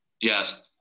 Yes